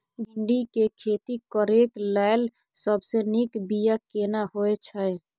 भिंडी के खेती करेक लैल सबसे नीक बिया केना होय छै?